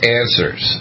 answers